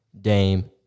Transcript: Dame